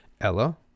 Ella